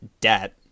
debt